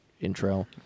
intro